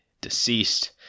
deceased